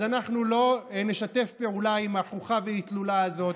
אז אנחנו לא נשתף פעולה עם החוכא ואטלולא הזאת.